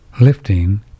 lifting